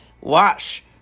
wash